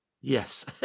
Yes